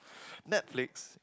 Netflix